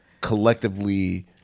collectively